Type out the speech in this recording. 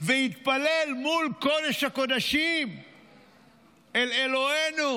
שיתפלל מול קודש-הקודשים אל אלוהינו.